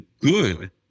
good